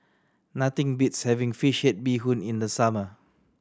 nothing beats having fish head bee hoon in the summer